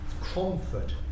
Cromford